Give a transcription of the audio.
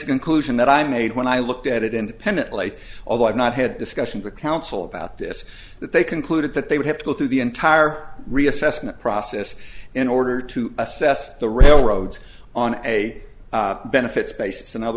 conclusion that i made when i looked at it independently although i've not had discussions with counsel about this that they concluded that they would have to go through the entire reassessment process in order to assess the railroads on a benefits basis in other